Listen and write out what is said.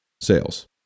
Sales